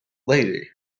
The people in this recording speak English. lady